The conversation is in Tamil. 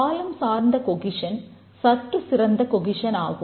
காலம் சார்ந்த கொகிஷன் ஆகும்